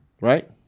Right